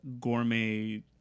gourmet